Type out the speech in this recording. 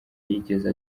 yigeze